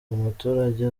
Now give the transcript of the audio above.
umuturage